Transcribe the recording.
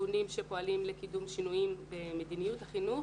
ארגונים שפועלים לקידום שינויים במדיניות החינוך